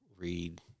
Read